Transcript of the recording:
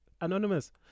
Anonymous